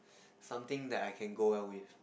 something that I can go well with